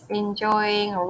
enjoying